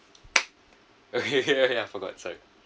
okay ya ya forgot sorry